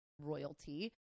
royalty